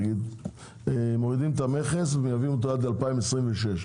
נגיד מורידים את המכס ומייבאים אותו עד 2026,